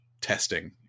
testing